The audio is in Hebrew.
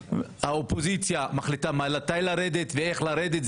האופוזיציה מחליטה מתי לרדת ואיך לרדת.